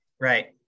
Right